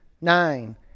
nine